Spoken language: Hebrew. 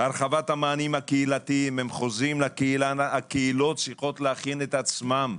הרחבת המענים הקהילתיים - הקהילות צריכות להכין עצמן.